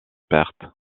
perte